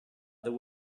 there